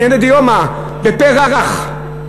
בענייני דיומא, בפה רך.